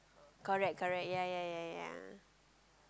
correct correct ya ya ya ya